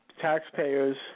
taxpayers